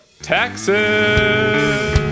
taxes